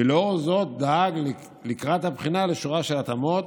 ולאור זאת דאג לקראת הבחינה לשורה של התאמות,